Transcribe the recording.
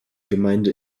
gemeinde